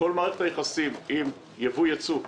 את כל מערכת היחסים בין ייבוא וייצוא.